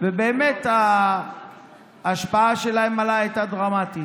ובאמת ההשפעה שלהן עליי הייתה דרמטית,